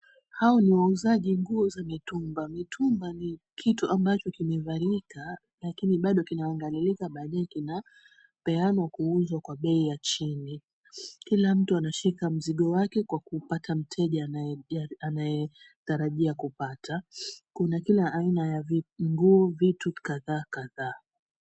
Hao ni wauzaji nguo za mitumba, mitumba ni kitu ambacho kimevalika lakini bado kinaangalilika na badae kinapeanwa kuuzwa kwa bei ya chini. Kila mtu anashika mzigo wake kwa kupaka mteja anayetarajia kupata. Kuna kila aina ya vitu kadhaa kadhaa.